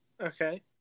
Okay